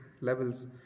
levels